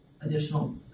additional